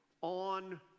on